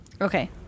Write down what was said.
Okay